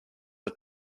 are